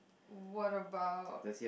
what about